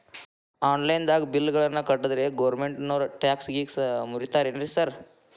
Online ದಾಗ bill ಗಳನ್ನಾ ಕಟ್ಟದ್ರೆ ಗೋರ್ಮೆಂಟಿನೋರ್ ಟ್ಯಾಕ್ಸ್ ಗೇಸ್ ಮುರೇತಾರೆನ್ರಿ ಸಾರ್?